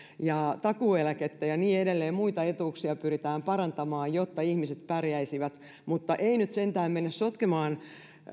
ja takuueläkettä ja niin edelleen muita etuuksia pyritään parantamaan jotta ihmiset pärjäisivät mutta ei nyt sentään mennä sotkemaan